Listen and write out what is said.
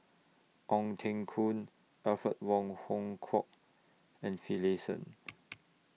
Ong Teng Koon Alfred Wong Hong Kwok and Finlayson